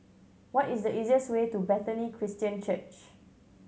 what is the easiest way to Bethany Christian Church